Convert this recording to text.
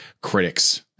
critics